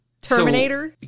Terminator